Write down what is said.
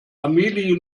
amelie